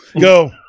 Go